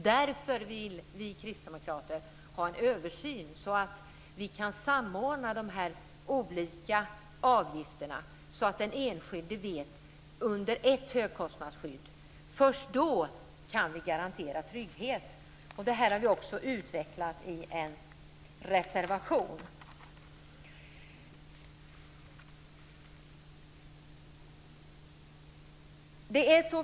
Därför vill vi kristdemokrater ha en översyn för en samordning av de olika avgifterna, så att den enskilde vet vilken kostnad som kan uppkomma under ett högkostnadsskydd. Först då kan man garantera trygghet. Det här har vi utvecklat i en reservation.